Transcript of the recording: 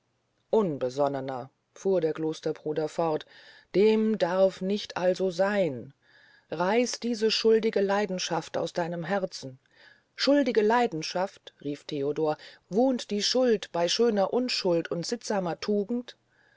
unbesonnener fuhr der klosterbruder fort dem darf nicht also seyn reiß diese schuldige leidenschaft aus deinem herzen schuldige leidenschaft rief theodor wohnt die schuld bey schöner unschuld und sittsamer tugend